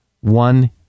One